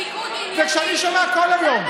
כשחותמים על מסמך של ניגוד עניינים,